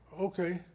Okay